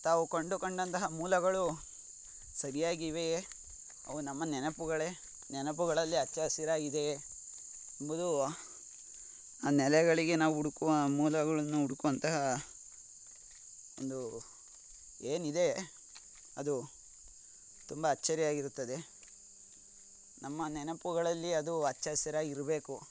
ತಾವು ಕಂಡುಕೊಂಡಂತಹ ಮೂಲಗಳು ಸರಿಯಾಗಿ ಇವೆಯೇ ಅವು ನಮ್ಮ ನೆನಪುಗಳೇ ನೆನಪುಗಳಲ್ಲಿ ಹಚ್ಚ ಹಸಿರಾಗಿದೆಯೇ ಎಂಬುದು ಆ ನೆಲೆಗಳಿಗೆ ನಾವು ಹುಡ್ಕುವ ಮೂಲಗಳನ್ನು ಹುಡುಕುವಂತಹ ಒಂದು ಏನಿದೆ ಅದು ತುಂಬ ಅಚ್ಚರಿಯಾಗಿರುತ್ತದೆ ನಮ್ಮ ನೆನಪುಗಳಲ್ಲಿ ಅದು ಹಚ್ಚ ಹಸಿರಾಗ್ ಇರಬೇಕು